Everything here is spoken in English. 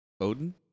Odin